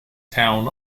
town